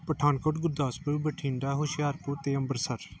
ਪਠਾਨਕੋਟ ਗੁਰਦਾਸਪੁਰ ਬਠਿੰਡਾ ਹੁਸ਼ਿਆਰਪੁਰ ਅਤੇ ਅੰਮ੍ਰਿਤਸਰ